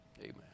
Amen